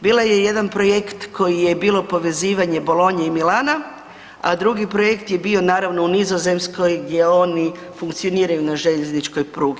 Bio je jedan projekt koji je bilo povezivanje Bolonje i Milana, a drugi projekt je bio naravno u Nizozemskoj gdje oni funkcioniraju na željezničkoj prugi.